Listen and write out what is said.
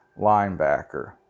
Linebacker